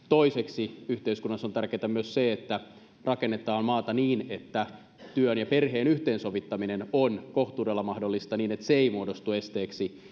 toiseksi yhteiskunnassa on tärkeätä myös se että rakennetaan maata niin että työn ja perheen yhteensovittaminen on kohtuudella mahdollista niin että se ei muodostu esteeksi